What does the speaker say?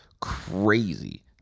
crazy